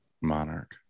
Monarch